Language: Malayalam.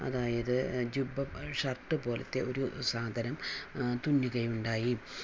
ജുബ്ബ ഷർട്ട് പോലുള്ള ഒരു സാധനം തുന്നുകയുണ്ടായി